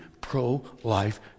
pro-life